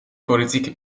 politieke